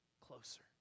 closer